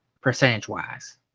percentage-wise